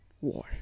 war